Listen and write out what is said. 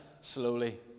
slowly